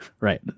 Right